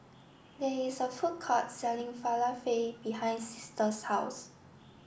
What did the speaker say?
there is a food court selling Falafel behind Sister's house